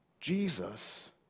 Jesus